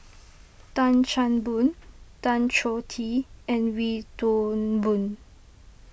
Tan Chan Boon Tan Choh Tee and Wee Toon Boon